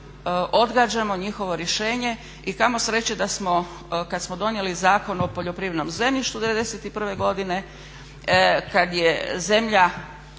odgađamo njihovo rješenje. I kamo sreće da smo kad smo donijeli Zakon o poljoprivrednom zemljištu '91. godine, kad je zemlja